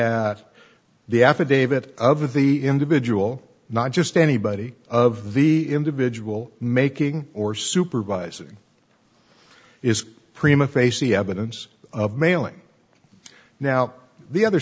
t the affidavit of the individual not just anybody of the individual making or supervising is prima facie evidence of mailing now the other